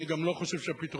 ואני גם לא חושב שהפתרונות